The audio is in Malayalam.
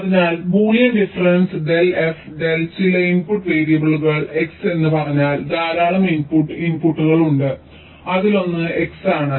അതിനാൽ Boolean difference del f del ചില ഇൻപുട്ട് വേരിയബിളുകൾ x എന്ന് പറഞ്ഞാൽ ധാരാളം ഇൻപുട്ട് ഇൻപുട്ടുകൾ ഉണ്ട് അതിലൊന്ന് x ആണ്